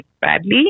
badly